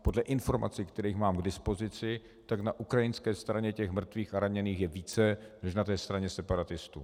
Podle informací, které mám k dispozici, na ukrajinské straně těch mrtvých a raněných je více než na straně separatistů.